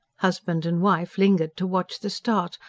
husband and wife lingered to watch the start,